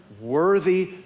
worthy